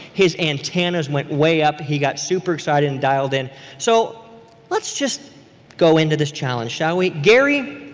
his antennas went way up. he got super excited and dialed in so let's just go into this challenge, shall we? gary,